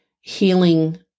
healing